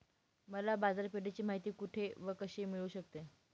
मला बाजारपेठेची माहिती कुठे व कशी मिळू शकते?